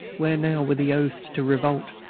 where now were the oaths to revolt,